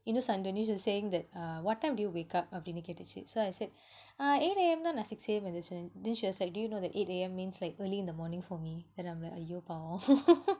you know sandooni she was saying that uh what time do you wake up அப்டினு கேட்டுச்சு:apdinu kaettuchu so I said ah eight A_M [neh] நா:naa six A_M எந்துச்சேன்:enthchaen then she was like do you know eight A_M means like early in the morning for me then I'm like !aiyo! பாவம்:paavam